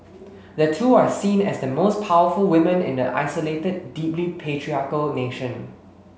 the two are seen as the most powerful women in the isolated deeply patriarchal nation